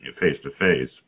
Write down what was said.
face-to-face